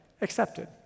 accepted